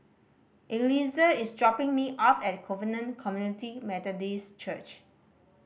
Eliezer is dropping me off at Covenant Community Methodist Church